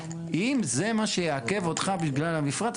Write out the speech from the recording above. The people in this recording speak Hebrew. אם זה מה שיעכב אתכם בגלל המפרט,